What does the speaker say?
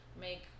make